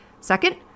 Second